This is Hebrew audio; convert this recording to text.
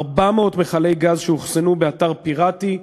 400 מכלי גז שאוחסנו באתר פיראטי,